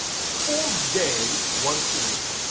full day, once a year.